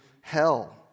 hell